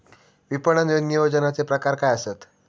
विपणन नियोजनाचे प्रकार काय आसत?